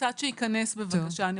והמוסד שייקנס בבקשה.